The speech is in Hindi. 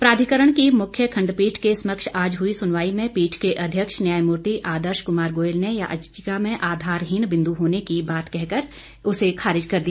प्राधिकरण की मुख्य खण्डपीठ के समक्ष आज हुई सुनवाई में पीठ के अध्यक्ष न्यायमूर्ति आदर्श कुमार गोयल ने याचिका में आधारहीन बिंदु होने की बात कहकर उसे खारिज कर दिया